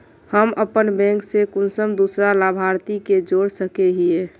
हम अपन बैंक से कुंसम दूसरा लाभारती के जोड़ सके हिय?